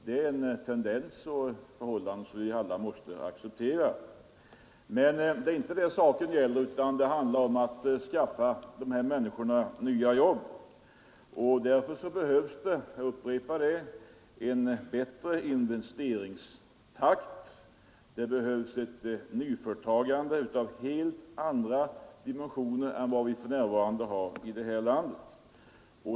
Det är en tendens och ett förhållande som vi alla måste acceptera. Men det är inte det saken gäller, utan nu handlar det om att skaffa dessa människor nya jobb. Därför behövs det — jag upprepar det — en bättre investeringstakt och det behövs ett nyföretagande av helt andra dimensioner än vad vi för närvarande har i detta land.